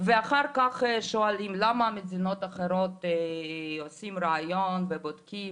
ואחר כך שואלים למה מדינות אחרות עושים ריאיון ובודקים,